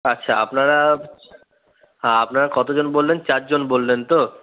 আচ্ছা আপনারা হ্যাঁ আপনারা কতজন বললেন চারজন বললেন তো